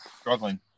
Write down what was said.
struggling